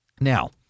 Now